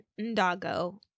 Ndago